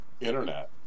internet